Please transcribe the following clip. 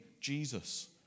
Jesus